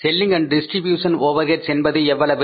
selling and distribution overheads என்பது எவ்வளவு